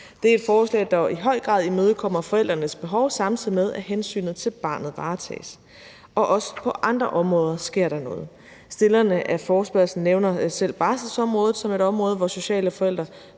Det er et forslag, der i høj grad imødekommer forældrenes behov, samtidig med at hensynet til barnet varetages. Også på andre områder sker der noget. Stillerne af forespørgslen nævner selv barselsområdet som et område, hvor sociale forældre